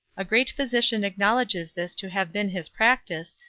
a great physician acknowledges this to have been his practice,